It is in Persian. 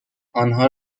آنها